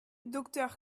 docteur